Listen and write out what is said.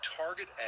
target